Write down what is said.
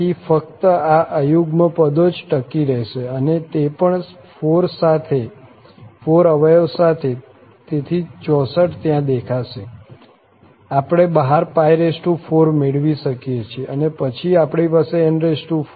તેથી ફક્ત આ અયુગ્મ પદો જ ટકી રહેશે અને તે પણ 4 અવયવ સાથે તેથી 64 ત્યાં દેખાશે આપણે બહાર 4 મેળવી શકીએ છીએ અને પછી આપણી પાસે n4 છે